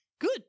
Good